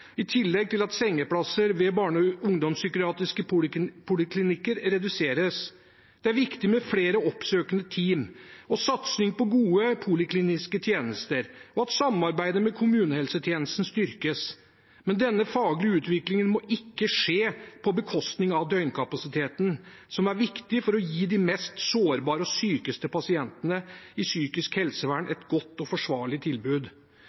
i Otta planlegges lagt ned av Sykehuset Innlandet, i tillegg til at sengeplasser ved barne- og ungdomspsykiatriske poliklinikker reduseres. Det er viktig med flere oppsøkende team og satsing på gode polikliniske tjenester, og at samarbeidet med kommunehelsetjenesten styrkes. Men denne faglige utviklingen må ikke skje på bekostning av døgnkapasiteten, som er viktig for å gi de mest sårbare og sykeste pasientene i psykisk helsevern